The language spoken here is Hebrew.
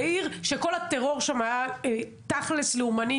בעיר שכל הטרור שם היה תכל'ס לאומני.